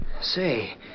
Say